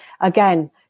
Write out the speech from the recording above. again